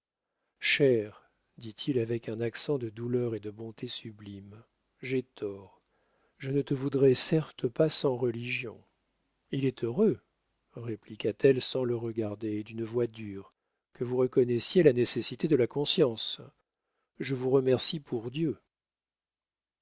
dit-il avec un accent de douleur et de bonté sublime j'ai tort je ne te voudrais certes pas sans religion il est heureux répliqua-t-elle sans le regarder et d'une voix dure que vous reconnaissiez la nécessité de la conscience je vous remercie pour dieu